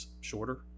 shorter